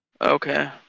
Okay